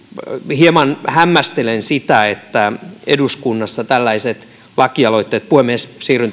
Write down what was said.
hieman hämmästelen sitä että eduskunnassa tällaiset lakialoitteet puhemies siirryn